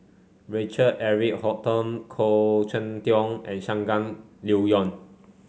Richard Eric Holttum Khoo Cheng Tiong and Shangguan Liuyun